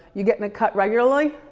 you're getting a cut regularly?